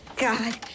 God